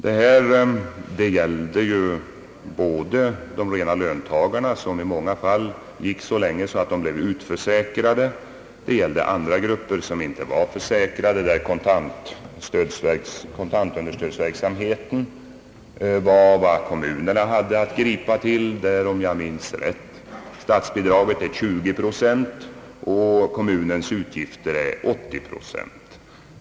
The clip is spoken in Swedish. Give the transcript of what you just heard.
Detta gällde både rena löntagare, som i många fall gick arbetslösa så länge att de blev utförsäkrade, och andra grupper som inte var försäkrade där det enda kommunerna hade att tillgripa var kontantunderstödsverksamheten. Där är, om jag minns rätt, statsbidraget 20 procent och kom munens utgifter 80 procent.